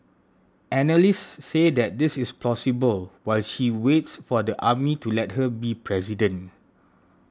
analysts say this is plausible while she waits for the army to let her be president